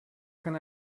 can